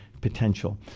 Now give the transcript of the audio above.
potential